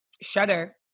shudder